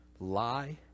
lie